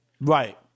Right